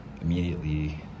immediately